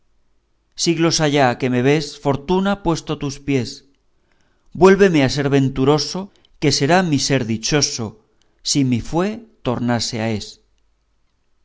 siglos ha ya que me vees fortuna puesto a tus pies vuélveme a ser venturoso que será mi ser dichoso si mi fue tornase a es